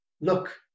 look